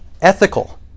ethical